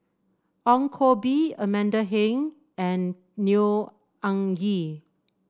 Ong Koh Bee Amanda Heng and Neo Anngee